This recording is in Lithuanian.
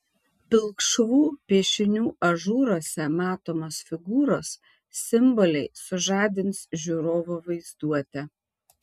pilkšvų piešinių ažūruose matomos figūros simboliai sužadins žiūrovo vaizduotę